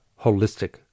holistic